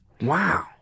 wow